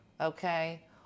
okay